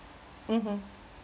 mmhmm